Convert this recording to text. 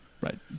Right